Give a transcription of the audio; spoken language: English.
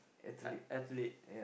ath~ athlete